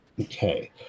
Okay